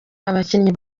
abakinnyi